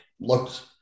looked